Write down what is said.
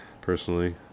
personally